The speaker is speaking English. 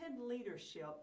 leadership